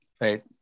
Right